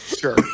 sure